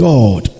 God